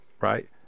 right